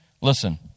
listen